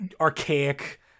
archaic